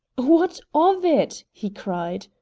what of it? he cried.